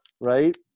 right